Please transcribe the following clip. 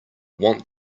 want